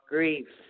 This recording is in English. Grief